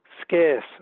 scarce